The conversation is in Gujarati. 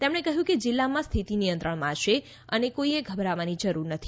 તેમણે કહ્યું કે જિલ્લામાં સ્થિતિ નિયંત્રણમાં છે અને કોઈએ ગભરાવાની જરૃર નથી